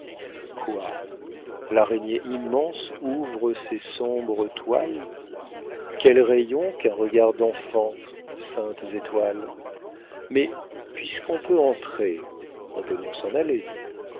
quoi l'araignée immense ouvre ses sombres toiles quel rayon qu'un regard d'enfant saintes étoiles mais puisqu'on peut entrer on peut donc s'en aller